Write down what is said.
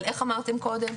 אבל איך אמרתם קודם?